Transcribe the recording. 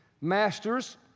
Masters